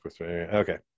Okay